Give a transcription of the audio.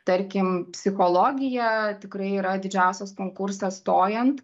tarkim psichologija tikrai yra didžiausias konkursas stojant